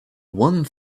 one